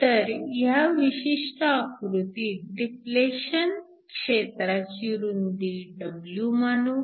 तर ह्या विशिष्ट आकृतीत डिप्लेशन क्षेत्राची रुंदी w मानू